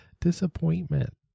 Disappointment